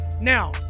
now